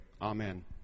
Amen